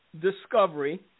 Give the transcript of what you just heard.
discovery